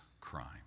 crime